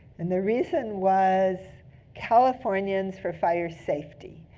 and the reason was californians for fire safety.